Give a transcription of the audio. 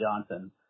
Johnson